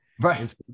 right